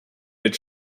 mit